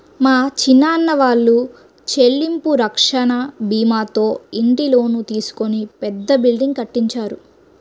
మా చిన్నాన్న వాళ్ళు చెల్లింపు రక్షణ భీమాతో ఇంటి లోను తీసుకొని పెద్ద బిల్డింగ్ కట్టించారు